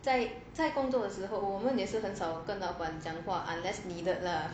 在在工作的之后我们也是很少跟老板讲话 unless needed lah